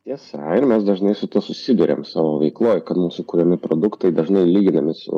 tiesa ir mes dažnai su tuo susiduriam savo veikloj kad mūsų kuriami produktai dažnai lyginami su